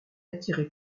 attirée